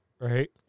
right